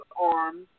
arms